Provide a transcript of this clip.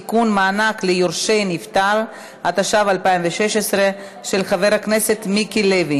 הצעת חוק לתיקון פקודת התעבורה (מרכז שירות ארצי לעניין כרטיס "רב-קו"),